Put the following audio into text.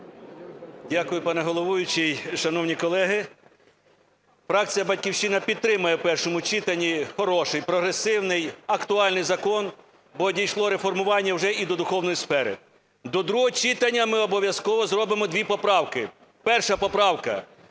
Дякую, пане головуючий. Шановні колеги, фракція "Батьківщина" підтримає в першому читанні хороший прогресивний актуальний закон, бо дійшло реформування уже і до духовної сфери. До другого читання ми обов'язково зробимо дві поправки. Перша поправка.